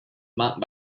marked